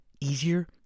easier